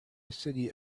city